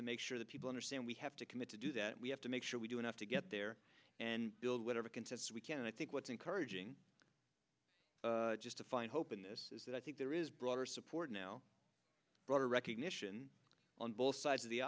to make sure that people understand we have to commit to do that we have to make sure we do enough to get there and build whatever consensus we can i think what's encouraging just to find hope in this is that i think there is broader support now broader recognition on both sides of the